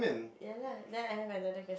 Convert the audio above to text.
ya lah then I have another quest~